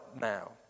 now